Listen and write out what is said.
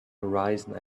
horizons